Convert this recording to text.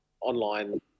online